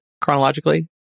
chronologically